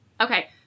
Okay